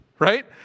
right